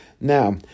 now